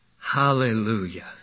hallelujah